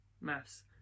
maths